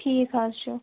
ٹھیٖک حظ چھُ